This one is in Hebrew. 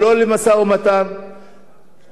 לא להכרה בישראל ולא לשלום.